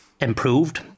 improved